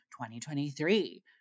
2023